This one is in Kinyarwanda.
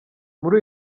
muri